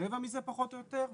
רבע מזה פחות או יותר,